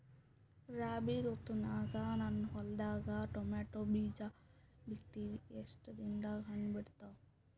ರಾಬಿ ಋತುನಾಗ ನನ್ನ ಹೊಲದಾಗ ಟೊಮೇಟೊ ಬೀಜ ಬಿತ್ತಿವಿ, ಎಷ್ಟು ದಿನದಾಗ ಹಣ್ಣ ಬಿಡ್ತಾವ?